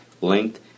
length